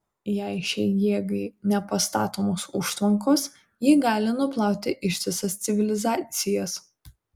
jei šiai jėgai nepastatomos užtvankos ji gali nuplauti ištisas civilizacijas